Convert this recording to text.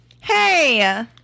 Hey